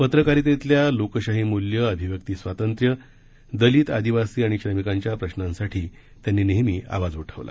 पत्रकारितेतील लोकशाही मूल्य अभिव्यक्ती स्वातंत्र्य दलित आदिवासी आणि श्रमिकांच्या प्रश्रांसाठी त्यांनी नेहमी आवाज उठवला